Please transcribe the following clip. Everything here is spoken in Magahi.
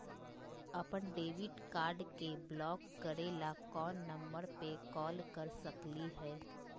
अपन डेबिट कार्ड के ब्लॉक करे ला कौन नंबर पे कॉल कर सकली हई?